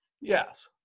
Yes